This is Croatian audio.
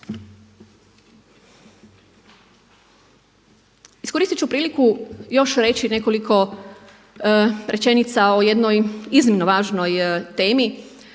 Iskoristit ću priliku još reći nekoliko rečenica o jednoj iznimno važnoj temi.